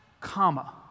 comma